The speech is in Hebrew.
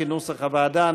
כנוסח הוועדה.